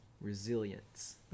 resilience